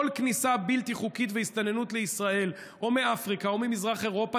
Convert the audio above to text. כל כניסה בלתי חוקית והסתננות לישראל מאפריקה או ממזרח אירופה,